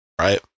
right